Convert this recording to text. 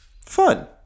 fun